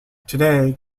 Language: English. today